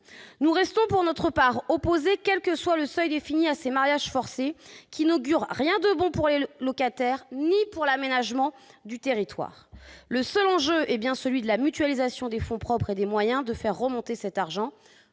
Nous restons pour notre part opposés, quel que soit le seuil défini, à ces mariages forcés qui n'augurent rien de bon pour les locataires ou pour l'aménagement du territoire. Le seul enjeu est bien celui de la mutualisation des fonds propres et des moyens de faire remonter cet argent.